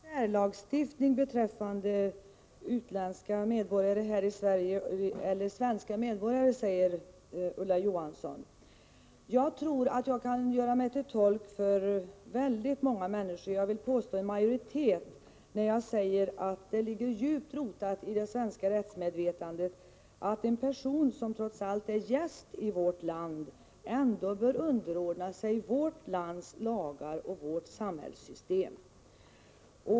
Herr talman! Det får inte råda någon särlagstiftning beträffande utländska medborgare i förhållande till svenska medborgare, säger Ulla Johansson. Jag tror att jag kan göra mig till tolk för väldigt många människor — jag vill påstå en majoritet — när jag säger att det ligger djupt rotat i det svenska rättsmedvetandet att en person som trots allt är gäst i vårt land bör underordna sig vårt lands lagar och vårt samhällssystem.